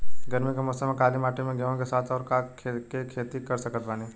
गरमी के मौसम में काली माटी में गेहूँ के साथ और का के खेती कर सकत बानी?